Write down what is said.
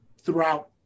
throughout